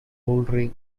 bouldering